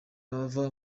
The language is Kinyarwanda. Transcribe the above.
bava